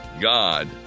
God